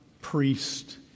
priest